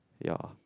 ya